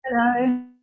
hello